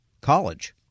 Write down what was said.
college